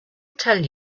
tell